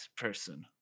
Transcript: person